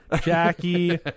Jackie